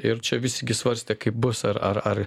ir čia visi svarstė kaip bus ar ar ar